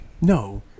No